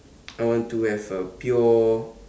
I want to have a pure